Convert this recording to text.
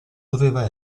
doveva